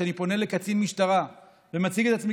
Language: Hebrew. כשאני פונה לקצין משטרה ומציג את עצמי